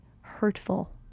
hurtful